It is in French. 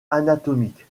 anatomique